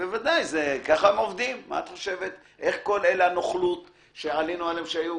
איך עבדה הנוכלות שעלינו עליה?